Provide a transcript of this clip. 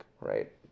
right